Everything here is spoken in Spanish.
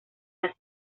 las